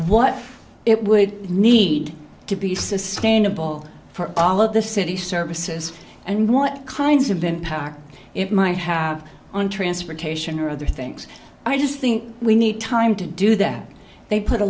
what it would need to be sustainable for all of the city services and what kinds of impact it might have on transportation or other things i just think we need time to do that they put a